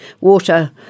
water